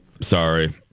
Sorry